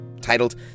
titled